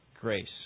grace